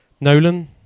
Nolan